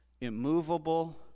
immovable